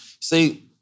See